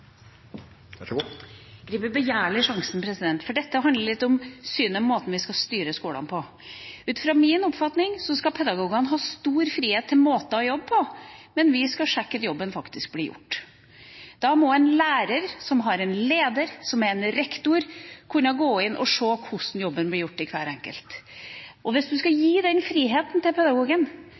begjærlig sjansen, for dette handler om synet på måten vi skal styret skolen på. Ut fra min oppfatning skal pedagogene ha stor frihet med hensyn til måter å jobbe på, men vi skal sjekke at jobben faktisk blir gjort. Da må en lærer, som har en leder som er rektor, kunne gå inn og se hvordan jobben blir gjort av hver enkelt. Og hvis man skal gi den friheten til pedagogen,